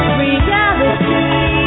reality